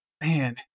Man